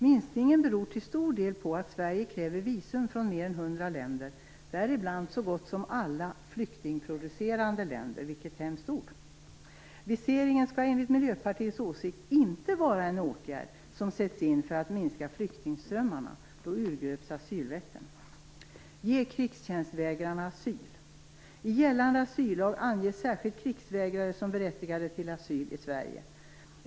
Minskningen beror till stor del på att Sverige kräver visum från mer än 100 länder, däribland så gott som alla "flyktingproducerande länder" - vilket hemskt uttryck! Viseringen skall enligt Miljöpartiets åsikt inte vara en åtgärd som sätts in för att minska flyktingströmmarna. Då urgröps asylrätten. Ge krigstjänstvägrarna asyl! I gällande asyllag anges särskilt krigsvägrare som berättigade till asyl i Sverige.